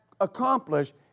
accomplished